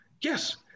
Yes